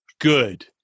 Good